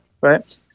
right